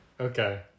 Okay